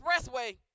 expressway